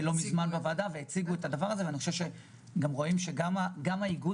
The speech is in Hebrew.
לא, אבל אנחנו מקווים שזה יקצר את זמני ההמתנה.